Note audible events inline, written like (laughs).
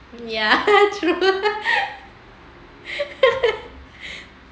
ya (laughs) true (laughs)